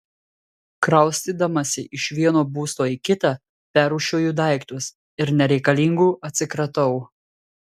kraustydamasi iš vieno būsto į kitą perrūšiuoju daiktus ir nereikalingų atsikratau